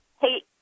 hey